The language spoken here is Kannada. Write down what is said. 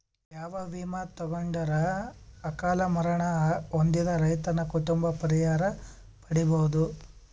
ಯಾವ ವಿಮಾ ತೊಗೊಂಡರ ಅಕಾಲ ಮರಣ ಹೊಂದಿದ ರೈತನ ಕುಟುಂಬ ಪರಿಹಾರ ಪಡಿಬಹುದು?